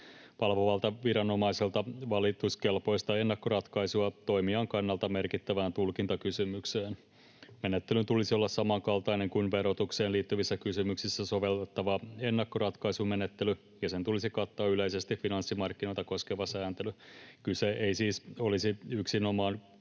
valvovalta viranomaiselta valituskelpoista ennakkoratkaisua toimijan kannalta merkittävään tulkintakysymykseen. Menettelyn tulisi olla samankaltainen kuin verotukseen liittyvissä kysymyksissä sovellettava ennakkoratkaisumenettely, ja sen tulisi kattaa yleisesti finanssimarkkinoita koskeva sääntely. Kyse ei siis olisi yksinomaan